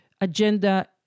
agenda